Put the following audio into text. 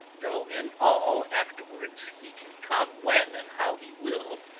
though in all afterwards he can come when and how he will,